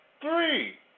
three